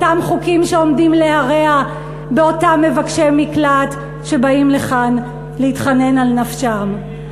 אותם חוקים שעומדים להרע לאותם מבקשי מקלט שבאים לכאן להתחנן על נפשם.